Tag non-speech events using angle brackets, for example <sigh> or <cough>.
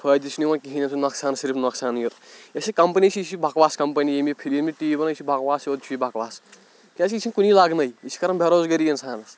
فٲیدٕ چھِنہٕ یِوان کِہیٖنۍ <unintelligible> نۄقصانٕے صرف نۄقصانٕے یوت یۄس یہِ کَمپٔنۍ چھِ یہِ چھِ بَکواس کَمپٔنی ییٚمہِ یہِ فِلِم ییٚمہِ یہِ ٹی وی بَنوو یہِ چھِ بَکواس یوت چھُ یہِ بَکواس کیٛازِکہِ یہِ چھِنہٕ کُنہِ لَگٲنٕے یہِ چھِ کَرَن بیروزگٲری اِنسانس